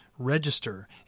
Register